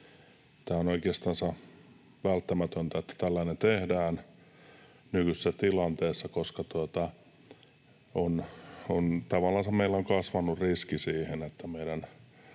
tämä on oikeastansa välttämätöntä, että tällainen tehdään nykyisessä tilanteessa, koska tavallansa meillä on kasvanut riski siihen, että meidän